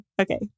okay